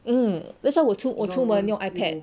mm that's why 我我出门用 ipad